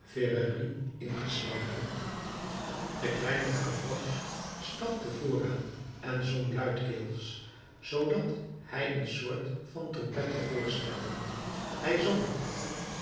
verrerie ingeslagen de kleine gavroche stapte vooraan en zong luidkeels zoodat hij een soort van trompetter voorstelde hij zong